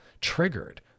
triggered